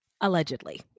allegedly